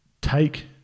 take